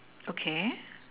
okay